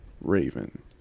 Raven